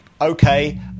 Okay